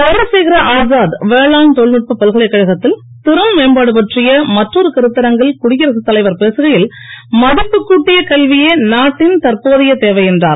சந்திரசேகர ஆசாத் வேளாண் தொழில்நுட்ப பல்கலைக்கழகத்தில் திறன் மேம்பாட்டு பற்றிய மற்றொரு கருத்தரங்கில் குடியரசுத் தலைவர் பேசுகையில் மதிப்பு கூட்டிய கல்வியே நாட்டின் தற்போதைய தேவை என்றார்